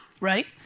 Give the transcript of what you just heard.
right